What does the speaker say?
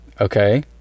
Okay